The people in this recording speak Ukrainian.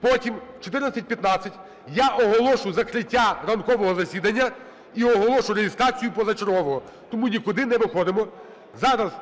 Потім о 14.15 я оголошу закриття ранкового засідання і оголошу реєстрацію позачергового. Тому нікуди не виходимо. Зараз